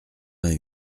vingt